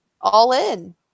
all-in